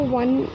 one